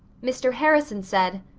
mr. harrison said,